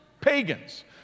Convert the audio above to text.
pagans